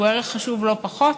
שהוא ערך חשוב לא פחות,